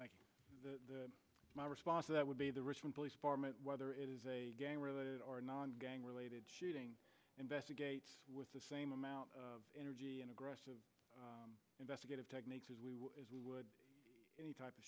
you my response to that would be the richmond police department whether it is a gang related or non gang related shooting investigates with the same amount of energy and aggressive investigative techniques as we would any type of